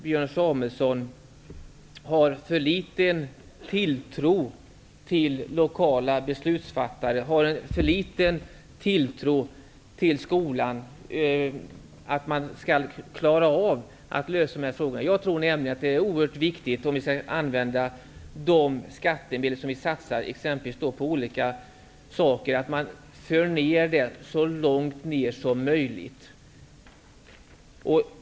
Björn Samuelson har en för liten tilltro till lokala beslutfattares och skolans förmåga att lösa dessa frågor. Det är oerhört viktigt att föra ner de skattemedel som vi satsar på olika ändamål så långt som möjligt.